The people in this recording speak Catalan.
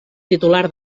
titular